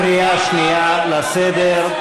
קריאה שנייה לסדר.